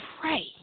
pray